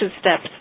steps